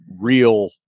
real